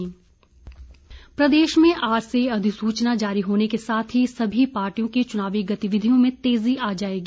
प्रचार प्रदेश में आज से अधिसूचना जारी होने के साथ ही सभी पार्टियों की चुनावी गतिविधियों में तेजी आ जाएगी